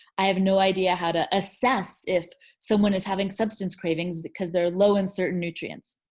i have no idea how to assess if someone is having substance cravings cause they're low in certain nutrients.